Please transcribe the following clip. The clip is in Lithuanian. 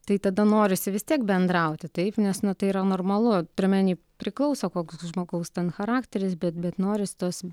tai tada norisi vis tiek bendrauti taip nes nu tai yra normalu turiu omeny priklauso koks žmogaus charakteris bet bet norisi tos